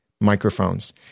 microphones